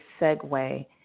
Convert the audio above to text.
segue